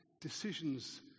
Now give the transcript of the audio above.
Decisions